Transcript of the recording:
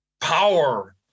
power